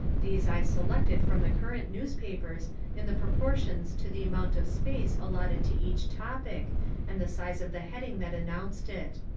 these i selected from the current newspapers in the proportions to the amount of space allotted to each topic and the size of the heading that announced it.